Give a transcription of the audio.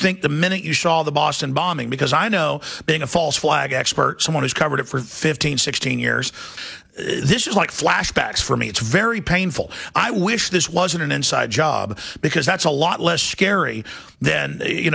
think the minute you saw the boston bombing because i know being a false flag expert someone who's covered it for fifteen sixteen years this is like flashbacks for me it's very painful i wish this wasn't an inside job because that's a lot less scary then you